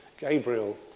Gabriel